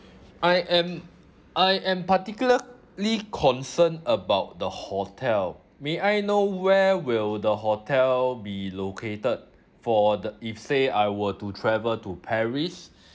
I am I am particularly concerned about the hotel may I know where will the hotel be located for the if say I were to travel to paris